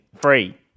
Free